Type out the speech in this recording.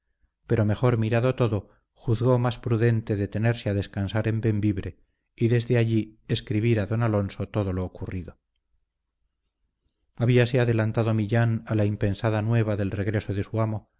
pero mejor mirado todo juzgó más prudente detenerse a descansar en bembibre y desde allí escribir a don alonso todo lo ocurrido habíase adelantado millán a la impensada nueva del regreso de su amo